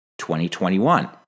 2021